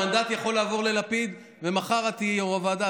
המנדט יכול לעבור ללפיד ומחר את תהיי יו"ר הוועדה,